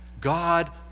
God